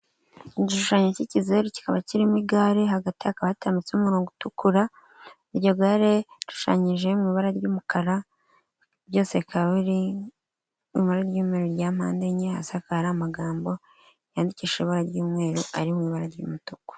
Igishushanyo cy'ikizeru, kikaba kirimo igare, hagati hakaba hatambitseho umurongo utukura. Iryo gare rishushanyije mu ibara ry'umukara, byose bikaba biri mu ibara ry'umweru rya pande enye, Hasi hakara hari amagambo yandikishije ibara ry'umweru, ari mu ibara ry'umutuku.